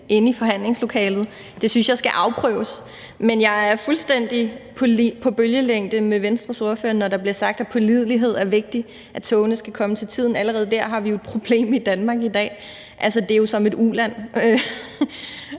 inde i forhandlingslokalet. Det synes jeg skal afprøves. Men jeg er fuldstændig på bølgelængde med Venstres ordfører, når der bliver sagt, at pålidelighed er vigtig, at togene skal komme til tiden. Allerede der har vi jo et problem i Danmark i dag. Altså, det er jo som et uland.